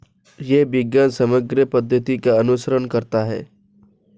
यह विज्ञान समग्र पद्धति का अनुसरण करता है